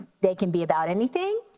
they can be about anything.